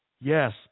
Yes